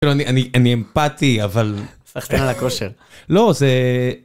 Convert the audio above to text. לא, אני אמפתי, אבל... סחתיין על הכושר. לא, זה...